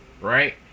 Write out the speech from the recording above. right